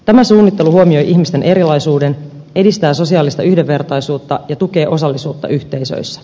tämä suunnittelu huomioi ihmisten erilaisuuden edistää sosiaalista yhdenvertaisuutta ja tukee osallisuutta yhteisöissä